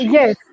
yes